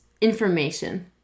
information